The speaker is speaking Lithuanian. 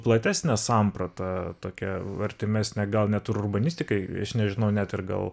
platesnė samprata tokia artimesnė gal net urbanistikai aš nežinau net ir gal